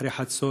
אחרי חצות,